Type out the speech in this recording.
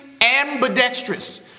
ambidextrous